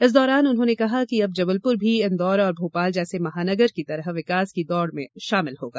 इस दौरान उन्होंने कहा कि अब जबलपुर भी इंदौर और भोपाल जैसे महानगर की तरह विकास की दौड़ में शामिल होगा